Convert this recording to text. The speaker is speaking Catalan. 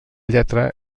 lletra